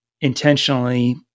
intentionally